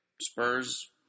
Spurs